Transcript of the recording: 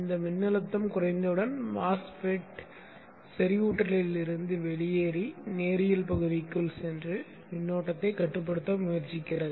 இந்த மின்னழுத்தம் குறைந்தவுடன் MOSFET செறிவூட்டலில் இருந்து வெளியேறி நேரியல் பகுதிக்குள் சென்று மின்னோட்டத்தை கட்டுப்படுத்த முயற்சிக்கிறது